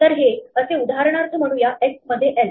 तर हे असे उदाहरणार्थ म्हणूया x मध्ये l